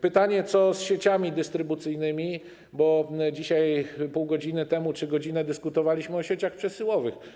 Pytanie, co z sieciami dystrybucyjnymi, bo dzisiaj pół godziny temu czy godzinę temu dyskutowaliśmy o sieciach przesyłowych.